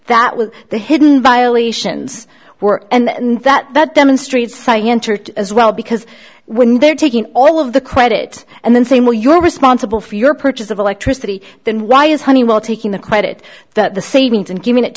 that was the hidden violations were and that that demonstrates site entered as well because when they're taking all of the credit and then saying well you are responsible for your purchase of electricity then why is honeywell taking the credit that the savings and giving it